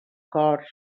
corts